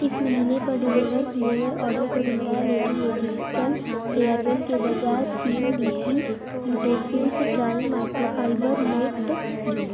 इस महीने पर डिलेवर किए गए ऑर्डर को दोहराए लेकिन वेजिटल हेयर वेल के बजाय तीन D P utensils trying microfiber mat जोड़ें